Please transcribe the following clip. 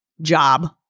job